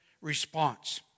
response